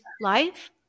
life